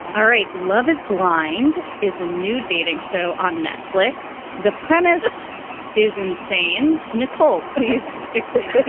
all right. love is blind is a new dating show on netflix. the premise is insane nicole, please explain to us.